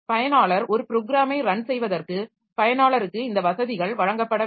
பயனாளர் ஒரு ப்ரோக்ராமை ரன் செய்வதற்கு பயனாளருக்கு இந்த வசதிகள் வழங்கப்பட வேண்டும்